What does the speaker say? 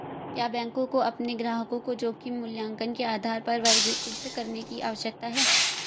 क्या बैंकों को अपने ग्राहकों को जोखिम मूल्यांकन के आधार पर वर्गीकृत करने की आवश्यकता है?